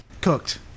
cooked